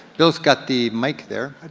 bill's got the mic there. i do,